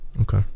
okay